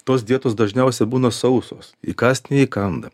tos dietos dažniausia būna sausos įkąst neįkanda